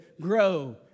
grow